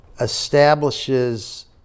establishes